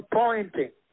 pointing